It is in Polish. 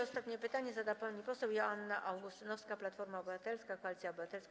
Ostatnie pytanie zada pani poseł Joanna Augustynowska, Platforma Obywatelska - Koalicja Obywatelska.